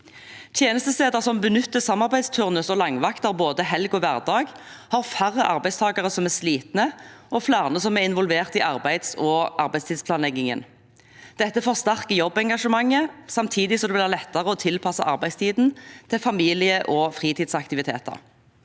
Tjenestesteder som benytter samarbeidsturnus og langvakter både helg og hverdag, har færre arbeidstakere som er slitne, og flere som er involvert i arbeids- og arbeidstidsplanleggingen. Dette forsterker jobbengasjementet samtidig som det blir lettere å tilpasse arbeidstiden til familie- og fritidsaktiviteter.